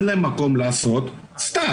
אין להם מקום לעשות סטאז'.